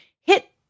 hit